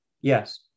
Yes